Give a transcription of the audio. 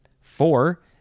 Four